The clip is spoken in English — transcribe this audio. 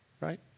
right